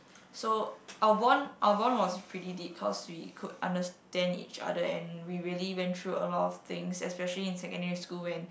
so our bond our bond was pretty deep cause we could understand each other and we really went through a lot of things especially in secondary school when